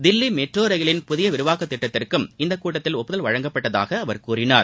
Delhi metro ரயிலின் புதிய விரிவாக்கத்திட்டத்திற்கும் இக்கூட்டத்தில் ஒப்புதல் அளிக்கப்பட்டதாக அவர் கூறினார்